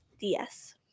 DS